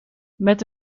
met